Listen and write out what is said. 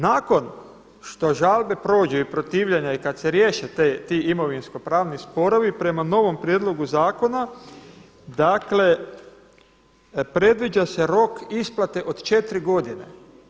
Nakon što žalbe prođu i protivljenja i kada se riješe ti imovinskopravni sporovi prema novom prijedlogu zakona dakle predviđa se rok isplate od 4 godine.